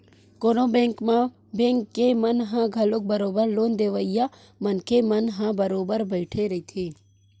कोनो बेंक म बेंक के मन ह घलो बरोबर लोन देवइया मनखे मन ह बरोबर बइठे रहिथे